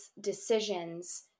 decisions